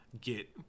get